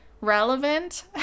relevant